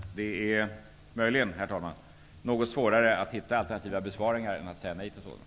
Det är möjligen, herr talman, något svårare att hitta alternativa besparingar än att säga nej till sådana.